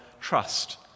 trust